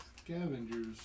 scavengers